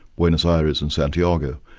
buenos aries and santiago.